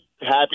happy